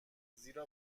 زیرا